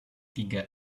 tiga